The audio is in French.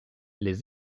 les